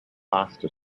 pasta